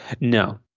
No